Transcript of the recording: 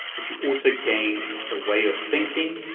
but you also gain a way of thinking,